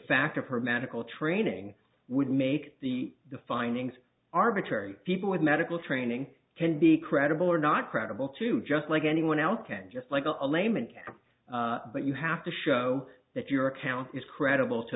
fact of her medical training would make the the findings arbitrary people with medical training can be credible or not credible too just like anyone else can just like a layman but you have to show that your account is credible to